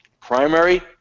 Primary